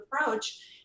approach